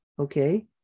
Okay